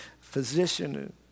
physician